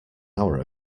hour